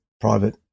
private